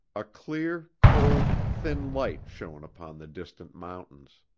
a clear, cold thin light shone upon the distant mountains.